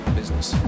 business